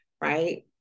right